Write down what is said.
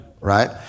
Right